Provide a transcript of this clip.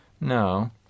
No